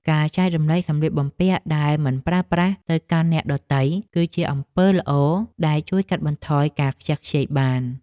ការចែករំលែកសម្លៀកបំពាក់ដែលមិនប្រើប្រាស់ទៅកាន់អ្នកដទៃ គឺជាអំពើល្អដែលជួយកាត់បន្ថយការខ្ជះខ្ជាយបាន។